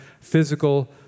physical